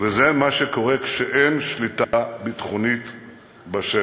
וזה מה שקורה כשאין שליטה ביטחונית בשטח.